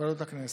ועדת הכנסת.